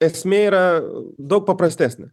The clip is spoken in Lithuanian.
esmė yra daug paprastesnė